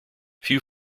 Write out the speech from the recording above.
few